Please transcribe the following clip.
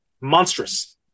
monstrous